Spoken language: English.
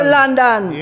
London